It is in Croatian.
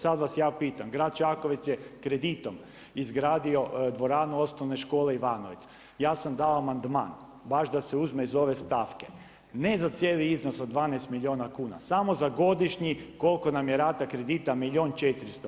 Sada vas ja pitam, grad Čakovec je kreditom izgradio dvoranu Osnovne škole Ivanovec, ja sam dao amandman baš da se uzme iz ove stavke, ne za cijeli iznos od 12 milijuna kuna, samo za godišnji koliko nam je rata kredita milijun 400.